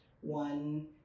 one